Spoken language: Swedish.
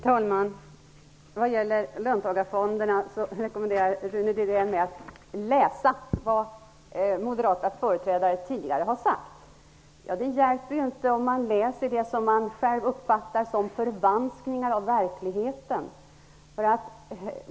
Herr talman! Rune Rydén rekommenderar mig att läsa vad moderata företrädare tidigare har sagt om Löntagarfonderna. Men det hjälper väl inte att läsa det som man uppfattar som förvanskningar av verkligheten.